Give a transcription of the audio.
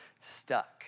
stuck